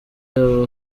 aba